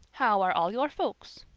how are all your folks?